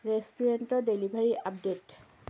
ৰেষ্টুৰেণ্টৰ delivery update